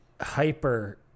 hyper